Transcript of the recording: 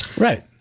Right